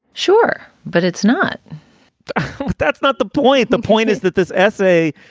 sure but it's not that's not the point. the point is that this essay,